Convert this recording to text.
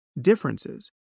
differences